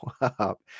up